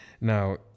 Now